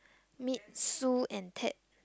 Meet sue and Ted